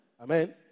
Amen